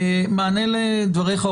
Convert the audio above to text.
במענה לדבריך,